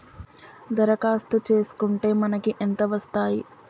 దరఖాస్తు చేస్కుంటే మనకి ఎంత వస్తాయి?